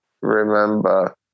remember